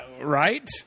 Right